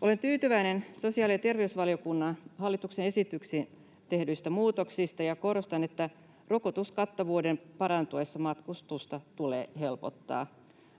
Olen tyytyväinen sosiaali- ja terveysvaliokunnan hallituksen esityksiin tekemiin muutoksiin, ja korostan, että rokotuskattavuuden parantuessa matkustusta tulee helpottaa,